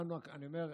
אני אומר,